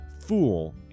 fool